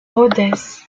rodez